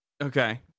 Okay